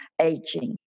aging